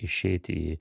išeiti į